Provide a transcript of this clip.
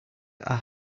are